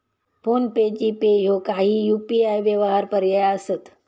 phone पे, GPay ह्यो काही UPI व्यवहार पर्याय असत